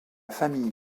famille